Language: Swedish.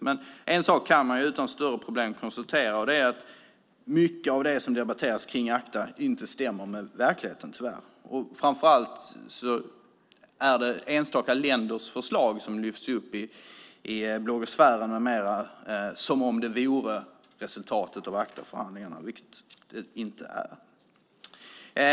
Men en sak kan man utan större problem konstatera, och det är att mycket av det som debatteras i fråga om ACTA tyvärr inte stämmer med verkligheten. Framför allt är det enstaka länders förslag som lyfts fram i bloggosfären med mera som om det vore resultatet av ACTA-förhandlingarna, vilket det inte är.